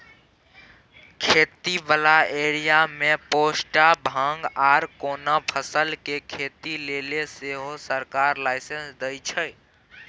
खेती बला एरिया मे पोस्ता, भांग आर कोनो फसल केर खेती लेले सेहो सरकार लाइसेंस दइ छै